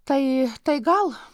tai tai gal